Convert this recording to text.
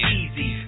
easy